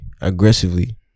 Aggressively